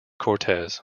cortez